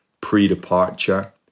pre-departure